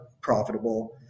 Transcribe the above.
profitable